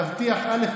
תבטיח א',